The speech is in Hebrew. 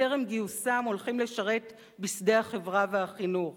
וטרם גיוסם הולכים לשרת בשדה החברה והחינוך,